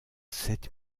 sept